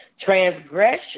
Transgression